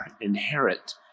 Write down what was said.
inherit